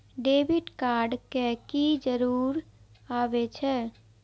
Debit card के की जरूर आवे छै?